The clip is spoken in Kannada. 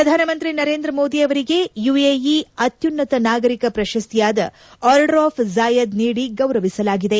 ಪ್ರಧಾನಮಂತ್ರಿ ನರೇಂದ್ರ ಮೋದಿ ಅವರಿಗೆ ಯುಎಇ ಅತ್ಯುನ್ನತ ನಾಗರಿಕ ಪ್ರಶಸ್ತಿಯಾದ ಆರ್ಡರ್ ಆಫ್ ಜಾಯದ್ ನೀಡಿ ಗೌರವಿಸಲಾಗಿದೆ